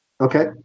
Okay